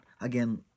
Again